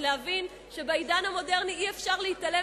להבין שבעידן המודרני אי-אפשר להתעלם